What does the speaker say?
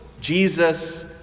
jesus